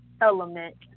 element